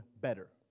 better